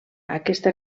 aquesta